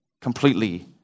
completely